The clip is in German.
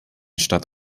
statt